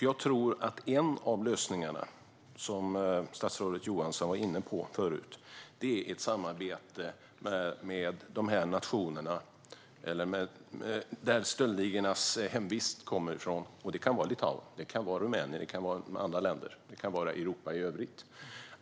Jag tror att en av lösningarna, som statsrådet Johansson var inne på förut, är ett samarbete med de nationer där stöldligornas hemvist finns. Det kan vara Litauen, Rumänien eller andra länder. Det kan vara Europa i övrigt.